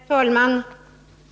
Herr talman!